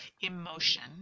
emotion